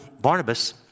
Barnabas